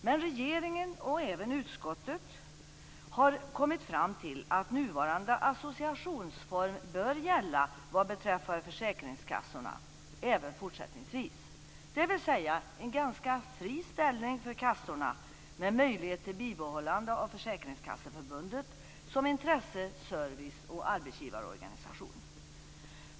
Men regeringen och utskottet har kommit fram till att nuvarande associationsform bör gälla vad beträffar försäkringskassorna även fortsättningsvis, dvs. en ganska fri ställning för kassorna med möjlighet till bibehållande av Försäkringskasseförbundet som intresse-, service och arbetsgivarorganisation.